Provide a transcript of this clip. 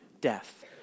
death